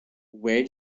where